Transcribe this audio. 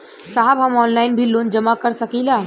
साहब हम ऑनलाइन भी लोन जमा कर सकीला?